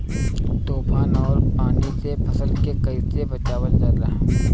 तुफान और पानी से फसल के कईसे बचावल जाला?